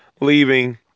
leaving